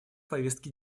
повестке